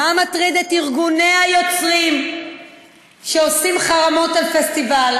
מה מטריד את ארגוני היוצרים שעושים חרמות על פסטיבל,